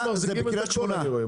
אז הקיבוצים מחזיקים את הכול, אני רואה.